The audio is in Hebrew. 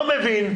לא מבין.